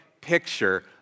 picture